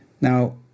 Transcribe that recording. Now